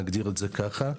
נגדיר זאת כך,